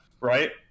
right